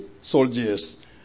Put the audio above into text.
soldiers